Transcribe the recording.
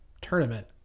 tournament